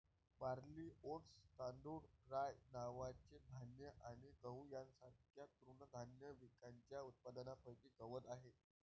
barley, oats, तांदूळ, rye नावाचे धान्य आणि गहू यांसारख्या तृणधान्य पिकांच्या उत्पादनापैकी गवत आहे